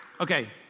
Okay